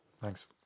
Thanks